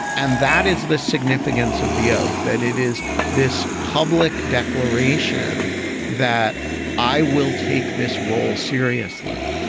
and that is the significance of the oath that it is this public declaration that i will take this role seriously.